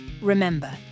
Remember